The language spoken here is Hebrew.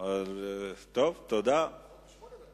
אבל הוא המובן מאליו,